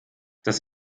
das